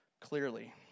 clearly